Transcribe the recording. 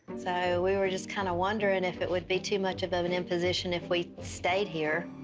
so we were just kinda wondering if it would be too much of an imposition if we stayed here.